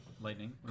Lightning